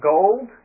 Gold